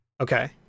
Okay